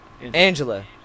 Angela